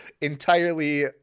entirely